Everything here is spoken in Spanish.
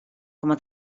como